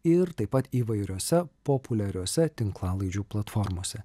ir taip pat įvairiose populiariose tinklalaidžių platformose